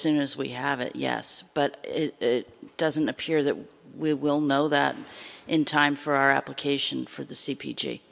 soon as we have it yes but it doesn't appear that we will know that in time for our application for the c p g